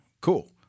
Cool